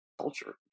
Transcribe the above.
culture